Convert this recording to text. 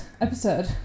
episode